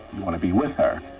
you want to be with her.